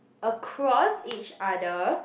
across each other